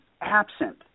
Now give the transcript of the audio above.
absent